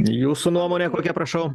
jūsų nuomonė kokia prašau